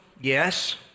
Yes